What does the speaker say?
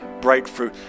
breakthrough